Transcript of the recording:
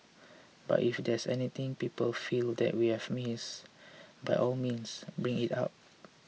but if there's anything people feel that we've missed by all means bring it up